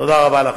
תודה רבה לכם.